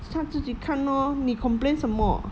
他自己看 lor 你 complain 什么